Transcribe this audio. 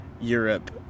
Europe